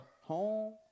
home